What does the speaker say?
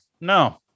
No